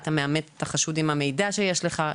אתה מאמת את החשוד עם המידע שיש לך.